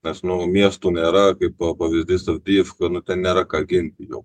nes nu miestų nėra kaipo pavyzdys ten pijefka nu ten nėra ką ginti jau